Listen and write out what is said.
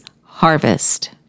harvest